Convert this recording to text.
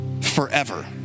forever